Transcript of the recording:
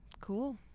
cool